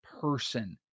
person